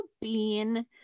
bean